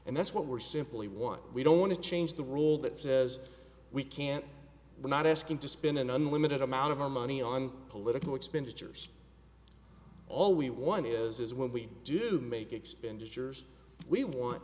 and that's what we're simply one we don't want to change the rule that says we can't we're not asking to spin an unlimited amount of our money on political expenditures all we want is when we do make expenditures we want